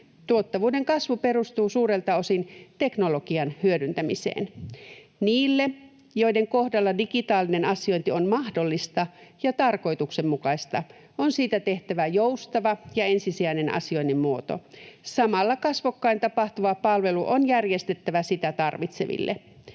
Tuottavuuden kasvu perustuu suurelta osin teknologian hyödyntämiseen. Niille, joiden kohdalla digitaalinen asiointi on mahdollista ja tarkoituksenmukaista, on siitä tehtävä joustava ja ensisijainen asioinnin muoto. Samalla kasvokkain tapahtuva palvelu on järjestettävä sitä tarvitseville.